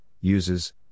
uses